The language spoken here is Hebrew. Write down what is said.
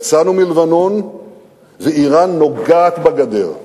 יצאנו מלבנון ואירן נוגעת בגדר.